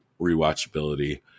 rewatchability